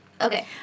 Okay